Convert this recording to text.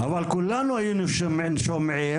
אבל כולנו היינו שומעים,